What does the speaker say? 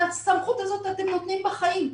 את הסמכות הזאת אתם נותנים בחיים,